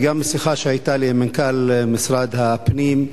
וגם משיחה שהיתה לי עם מנכ"ל משרד הפנים,